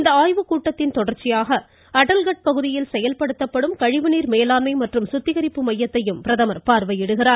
இந்த ஆய்வுக்கூட்டத்தின் தொடர்ச்சியாக அட்டல்கட் பகுதியில் செயல்படுத்தப்படும் கழிவுநீர் மேலாண்மை மற்றும் சுத்திகரிப்பு மையத்தையும் பிரதமர் பார்வையிட உள்ளார்